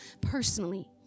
personally